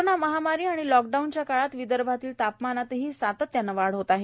corona महामारी आणि lockdown च्या काळात विदर्भातील तापमानातही सातत्याने वाढ होत आहे